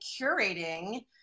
curating